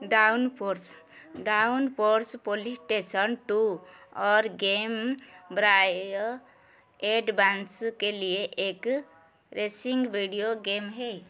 downforce downforce PlayStation two और game boy advance के लिए एक रेसिंग वीडियो गेम है